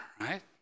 right